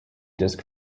disk